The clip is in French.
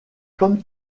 comme